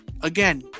again